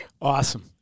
Awesome